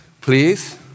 please